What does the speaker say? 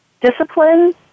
discipline